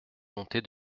montée